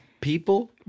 people